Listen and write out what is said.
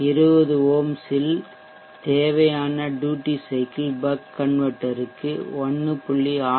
20 ஓம்ஸில் தேவையான duty cycle buck கன்வெர்ட்டர்க்கு 1